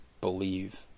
believe